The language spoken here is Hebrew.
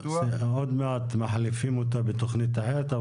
עוד מעט מחליפים אותה בתכנית אחרת.